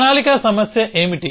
ప్రణాళిక సమస్య ఏమిటి